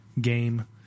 game